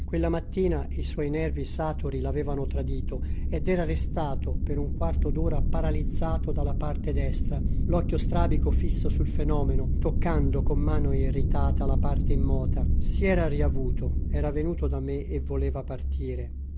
quella mattina i suoi nervi saturi l'avevano tradito ed era restato per un quarto d'ora paralizzato dalla parte destra l'occhio strabico fisso sul fenomeno toccando con mano irritata la parte immota si era riavuto era venuto da me e voleva partire